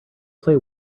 play